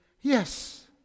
yes